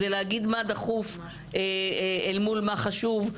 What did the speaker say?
זה להגיד מה דחוף אל מול מה חשוב.